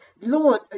Lord